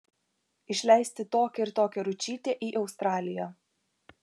išleisti tokią ir tokią ručytę į australiją